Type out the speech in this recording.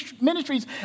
ministries